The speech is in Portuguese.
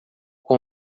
com